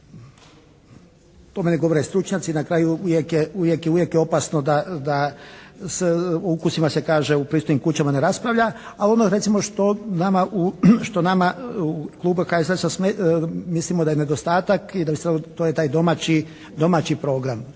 tome ne govore stručnjaci, na kraju uvijek je opasno da, o ukusima se kaže u pristojnim kućama ne raspravlja, a ono recimo što nama u klubu HSLS-a, mislimo da je nedostatak i da bi se trebalo, to je taj domaći program.